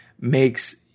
makes